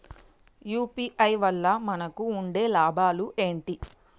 UPI వల్ల మనకు ఉండే లాభాలు ఏంటి?